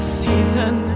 season